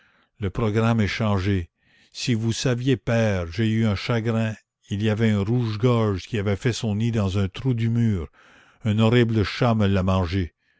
le programme est changé si vous saviez père j'ai eu un chagrin il y avait un rouge-gorge qui avait fait son nid dans un trou du mur un horrible chat me l'a mangé